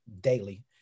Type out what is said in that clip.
daily